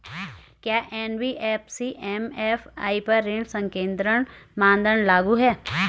क्या NBFC MFI पर ऋण संकेन्द्रण मानदंड लागू हैं?